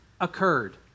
occurred